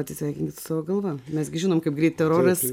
atsisveikinkit su galva mes gi žinome kaip greit teroras